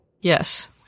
Yes